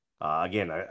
Again